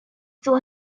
still